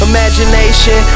Imagination